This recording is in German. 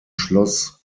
schloss